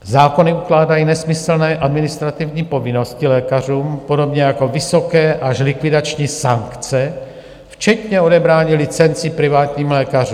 Zákony ukládají nesmyslné administrativní povinnosti lékařům podobně jako vysoké až likvidační sankce, včetně odebrání licencí privátním lékařům.